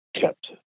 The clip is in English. kept